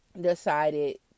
Decided